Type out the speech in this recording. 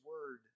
word